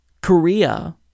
Korea